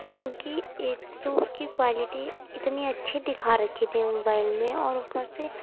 کیونکہ ایک تو اس کی کوالیٹی اتنی اچھی دکھا رکھی تھی موبائل میں اور اوپر سے